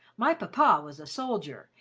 my papa was a soldier,